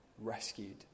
rescued